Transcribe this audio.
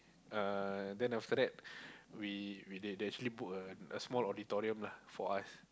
uh then after that we they they actually book a small auditorium lah for us